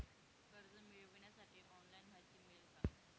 कर्ज मिळविण्यासाठी ऑनलाइन माहिती मिळेल का?